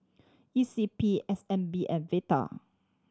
E C P S N B and Vital